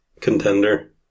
contender